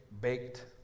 baked